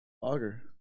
auger